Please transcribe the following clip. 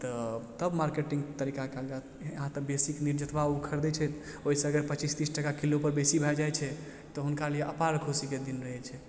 तऽ तब मार्केटिन्ग तरीकाके कएल जाएत यहाँ तऽ बेसी के नहि जतबा ओ खरिदै छै ओहिसँ अगर पचीस तीस टका किलो पर बेसी भए जाइ छै तऽ हुनका लिए अपार खुशीके दिन रहै छै